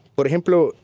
but ejemplo,